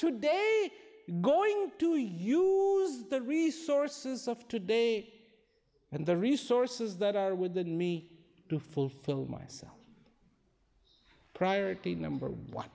today going to use the resources of today and the resources that are with and me to fulfill myself priority number one